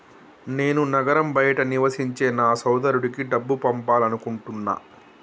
నేను నగరం బయట నివసించే నా సోదరుడికి డబ్బు పంపాలనుకుంటున్నా